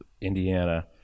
Indiana